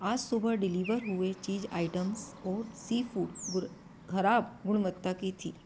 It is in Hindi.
आज सुबह डिलीवर हुए चीज आइटम्स और सीफ़ूड गुर खराब गुणवत्ता की थी